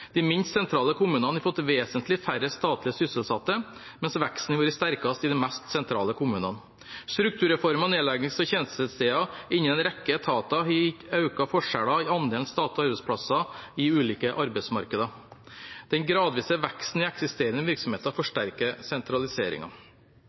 De minst sentrale kommunene har fått vesentlig færre statlig sysselsatte, mens veksten har vært sterkest i de mest sentrale kommunene. Strukturreform og nedleggelse av tjenestesteder innen en rekke etater har økt forskjellene i andelen statlige arbeidsplasser i ulike arbeidsmarkeder. Den gradvise veksten i eksisterende virksomheter